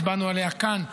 הצבענו עליה כאן במרץ.